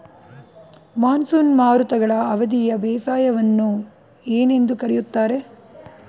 Monsoon ಮಾರುತಗಳ ಅವಧಿಯ ಬೇಸಾಯವನ್ನು ಏನೆಂದು ಕರೆಯುತ್ತಾರೆ?